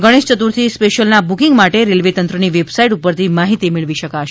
Ganesh Chaturthi special ના booking માટે railway તંત્ર ની વેબસાઈટ ઉપર થી માહિતી મેળવી શકાશે